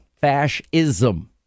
fascism